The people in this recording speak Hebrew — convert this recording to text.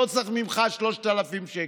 לא צריך ממך 3,000 שקל.